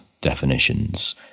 definitions